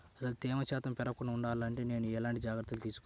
అసలు తేమ శాతం పెరగకుండా వుండాలి అంటే నేను ఎలాంటి జాగ్రత్తలు తీసుకోవాలి?